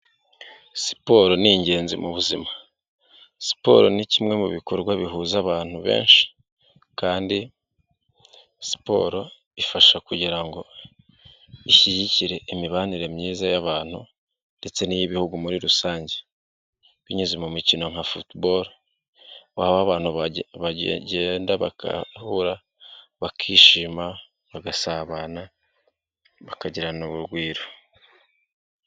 Siporo ni ingenzi mu buzima, siporo ni kimwe mu bikorwa bihuza abantu benshi kandi siporo ifasha kugira ngo ishyigikire imibanire myiza y'abantu ndetse n'iy'Ibihugu muri rusange binyuze mu mikino nka footuboro, waba wagenda bagahura bakishima bagasabana bakagirana urugwiro.